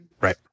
Right